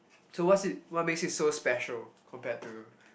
so what's it what makes it so special compared to